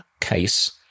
case